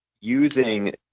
using